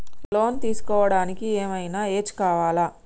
Loan తీస్కోవడానికి ఏం ఐనా ఏజ్ కావాలా?